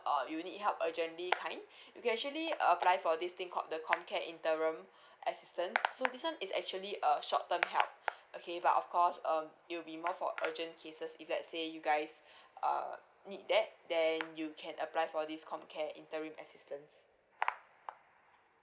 err you need help urgently kind you can actually apply for this thing called the comcare interim assistant so this one is actually a short term help okay but of course um it will be more for urgent cases if let's say you guys err need that then you can apply for this comcare interim assistance